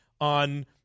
on